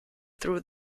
through